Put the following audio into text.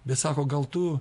bet sako gal tu